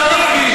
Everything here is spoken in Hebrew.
תסתכל,